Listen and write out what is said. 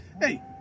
Hey